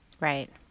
Right